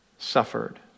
suffered